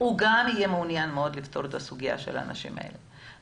גם יהיה מעוניין מאוד לפתור את הסוגיה של האנשים האלה.